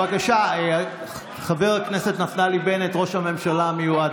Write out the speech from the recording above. בבקשה, חבר הכנסת נפתלי בנט, ראש הממשלה המיועד.